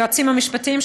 היועצים המשפטיים,